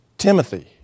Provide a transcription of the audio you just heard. Timothy